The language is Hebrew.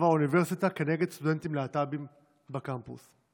האוניברסיטה נגד סטודנטים להט"בים בקמפוס.